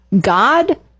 God